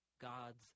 God's